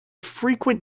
frequent